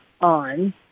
on